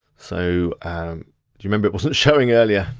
so you remember it wasn't showing earlier.